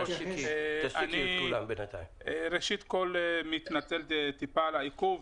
אני ראשית כל מתנצל טיפה על העיכוב.